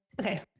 Okay